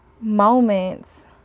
moments